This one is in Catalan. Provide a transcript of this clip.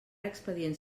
expedients